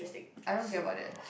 I don't care about that